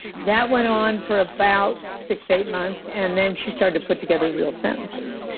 that went on for about six, eight months and then she started to put together real sentences.